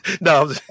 No